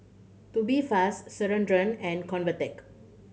Tubifast Ceradan and Convatec